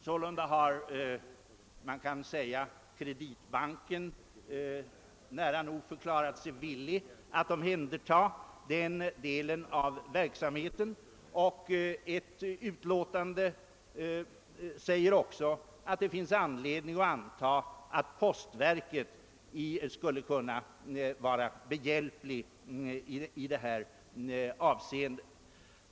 Sålunda har Kreditbanken anmält sin villighet att handha denna del av verksamheten. I ett expertutlåtande uttalas också att det finns anledning antaga att postbanken eller Sveriges Kreditbank skulle kunna biträda i detta avseende.